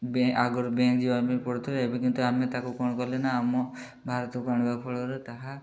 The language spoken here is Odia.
ବ୍ୟାଙ୍କ୍ ଆଗରୁ ବ୍ୟାଙ୍କ୍ ଯିବାପାଇଁ ପଡ଼ୁଥିଲା ଏବେ କିନ୍ତୁ ଆମେ ତାକୁ କ'ଣ କଲେ ନା ଆମ ଭାରତକୁ ଆଣିବା ଫଳରେ ତାହା